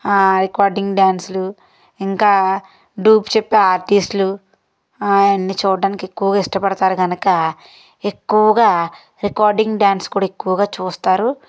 ఆ రికార్డింగ్ డాన్సులు ఇంకా డ్యూప్ చేప్పే ఆర్టిస్టులూ ఆవన్నీ చూడటానికి ఎక్కువ ఇష్టపడతారు కనుకా ఎక్కువగా రికార్డింగ్ డాన్సు కూడా ఎక్కువగా చూస్తారు